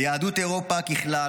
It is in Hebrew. ליהדות אירופה ככלל,